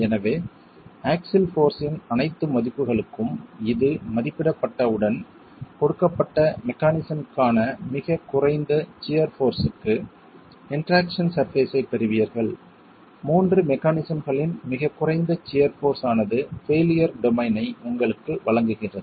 எனவே axle force இன் அனைத்து மதிப்புகளுக்கும் இது மதிப்பிடப்பட்டவுடன் கொடுக்கப்பட்ட மெக்கானிசம்க்கான மிகக் குறைந்த சியர் போர்ஸ்க்கு இன்டெராக்சன் சர்பேஸ்ஸைப் பெறுவீர்கள் 3 மெக்கானிசம்களின் மிகக் குறைந்த சியர் போர்ஸ் ஆனது பெய்லியர் டொமைனை உங்களுக்கு வழங்குகிறது